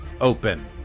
Open